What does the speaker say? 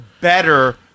better